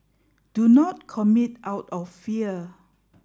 do not commit out of fear